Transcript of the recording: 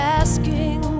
asking